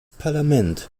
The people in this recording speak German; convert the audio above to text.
parlament